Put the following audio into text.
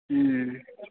हुँ